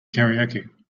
karaoke